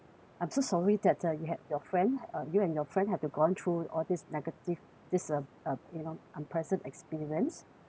I'm so sorry that uh you had your friend had uh you and your friend have to gone through all this negative this uh uh you know unpleasant experience